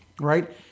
right